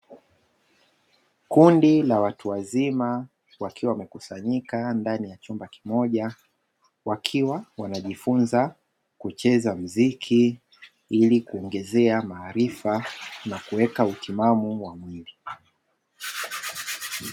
Kundi la watu wazima wakiwa wamekusanyika ndani ya chumba kimoja wakiwa wanajifunza kucheza mziki ili kuongezea maarifa na kuweka utimamu wa mwili.